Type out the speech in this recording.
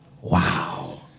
Wow